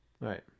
right